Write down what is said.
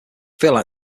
there